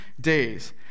days